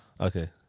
Okay